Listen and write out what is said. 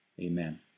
Amen